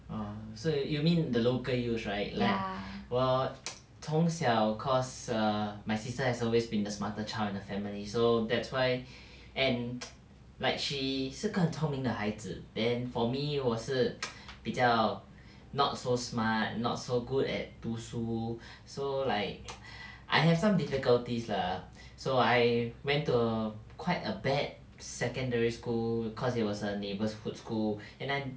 err so you mean the local U right like 我 从小 cause err my sister has always been the smarter child in the family so that's why and like she 是个很聪明的孩子 then for me 我是 比较 not so smart not so good at 读书 so like I have some difficulties lah so I went to quite a bad secondary school cause it was a neighbourhood school and I